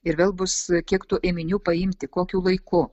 ir vėl bus kiek tų ėminių paimti kokiu laiku